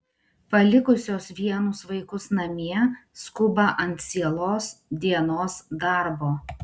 palikusios vienus vaikus namie skuba ant cielos dienos darbo